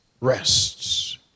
rests